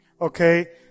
okay